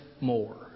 more